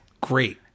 Great